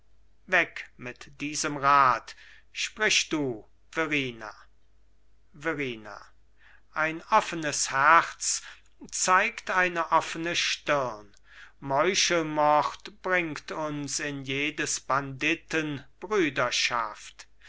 weg mit diesem rat sprich du verrina verrina ein offenes herz zeigt eine offene stirn meuchelmord bringt uns in jedes banditen brüderschaft